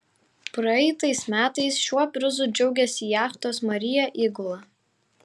praeitais metais šiuo prizu džiaugėsi jachtos maria įgula